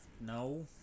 No